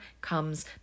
comes